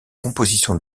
composition